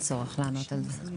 אין צורך לענות על זה.